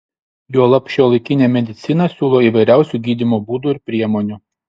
juolab šiuolaikinė medicina siūlo įvairiausių gydymo būdų ir priemonių